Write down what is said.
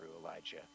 Elijah